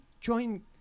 join